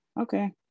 okay